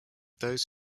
those